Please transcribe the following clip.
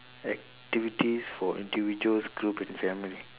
activities for individuals group and family